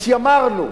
התיימרנו,